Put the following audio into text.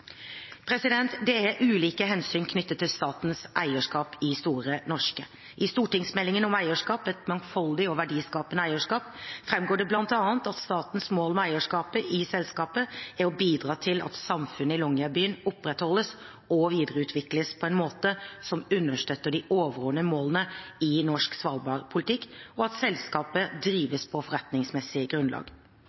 staten. Det er ulike hensyn knyttet til statens eierskap i Store Norske. I stortingsmeldingen om eierskap, Et mangfoldig og verdiskapende eierskap, framgår det bl.a. at statens mål med eierskapet i selskapet er å bidra til at samfunnet i Longyearbyen opprettholdes og videreutvikles på en måte som understøtter de overordnede målene i norsk svalbardpolitikk, og at selskapet drives på forretningsmessig grunnlag.